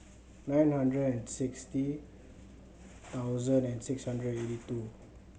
nine hundred and sixty thousand and six hundred eighty two